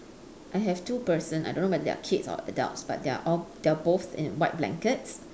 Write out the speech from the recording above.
I have two person I don't know whether they are kids or adults but they are all they are both in white blankets